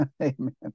Amen